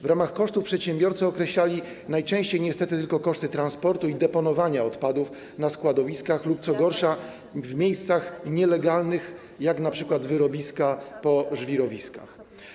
W ramach kosztów przedsiębiorcy określali najczęściej niestety tylko koszty transportu i deponowania odpadów na składowiskach lub, co gorsza, w miejscach nielegalnych, jak np. wyrobiska po żwirowiskach.